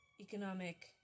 economic